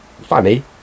funny